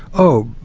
oh,